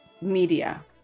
media